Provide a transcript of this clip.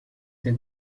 the